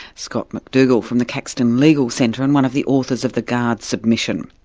scott mcdougal, from the caxton legal centre, and one of the authors of the gard submission.